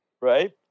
right